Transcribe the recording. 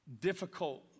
difficult